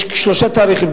יש שלושה תאריכים,